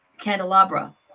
candelabra